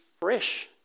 fresh